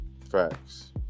Facts